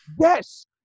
yes